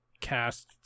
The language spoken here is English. cast